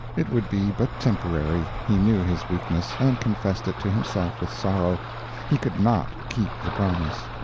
it would be but temporary he knew his weakness, and confessed it to himself with sorrow he could not keep the promise.